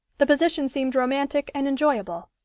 the position seemed romantic and enjoyable.